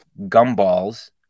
gumballs